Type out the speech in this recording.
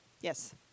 yes